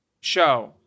Show